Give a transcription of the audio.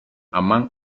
among